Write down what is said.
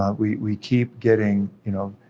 um we we keep getting, you know,